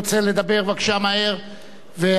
יסכם שר הביטחון.